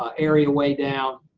ah area, way down,